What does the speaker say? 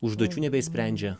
užduočių nebeišsprendžia